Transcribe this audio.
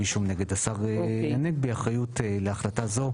אישום נגד השר הנגבי האחריות להחלטה הזו,